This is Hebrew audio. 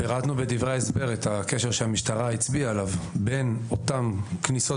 פירטנו בדברי ההסבר את הקשר שהמשטרה הצביעה עליו בין אותן כניסות